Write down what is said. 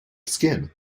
skin